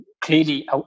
Clearly